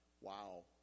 wow